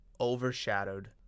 overshadowed